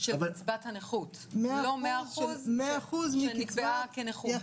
100% של קצבת נכות ולא 100% שנקבעה כנכות.